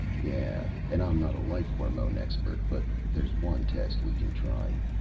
yeah. and i'm not a life hormone expert. but there's one test we can try.